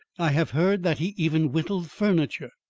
i have heard that he even whittled furniture.